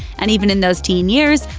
and even in those teen years,